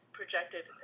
projected